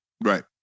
Right